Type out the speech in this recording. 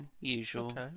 usual